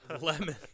Lemon